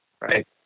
right